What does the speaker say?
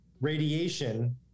Radiation